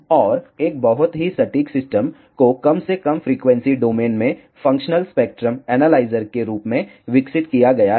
और एक बहुत ही सटीक सिस्टम को कम से कम फ़्रीक्वेंसी डोमेन में फंक्शनल स्पेक्ट्रम एनालाइजर के रूप में विकसित किया गया है